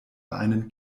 einen